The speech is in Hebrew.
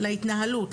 להתנהלות,